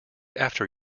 after